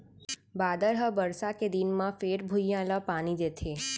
बादर ह बरसा के दिन म फेर भुइंया ल पानी देथे